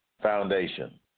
Foundation